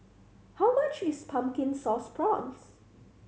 how much is Pumpkin Sauce Prawns